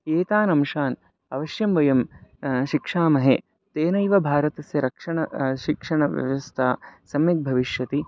एतान् अंशान् अवश्यं वयं शिक्षामहे तेनैव भारतस्य रक्षणं शिक्षणव्यवस्था सम्यक् भविष्यति